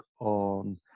on